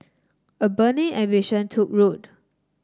a burning ambition took root